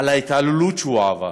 על ההתעללות שהוא עבר,